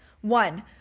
One